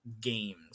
games